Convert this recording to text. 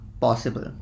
possible